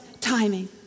timing